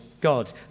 God